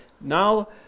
Now